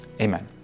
amen